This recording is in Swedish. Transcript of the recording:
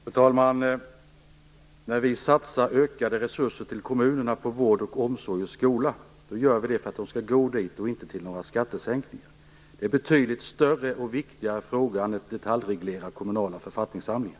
Fru talman! Vi satsar ökade resurser till kommunerna på vård, omsorg och skola just för att de skall gå till detta, inte till några skattesänkningar. Det är betydligt större och viktigare uppgifter än att detaljreglera kommunala författningssamlingar.